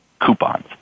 coupons